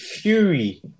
Fury